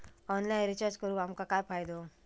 Online recharge करून आमका काय फायदो?